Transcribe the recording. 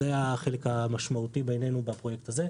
זה החלק המשמעותי בעינינו בפרויקט הזה.